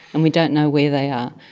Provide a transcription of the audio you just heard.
and we don't know where they are.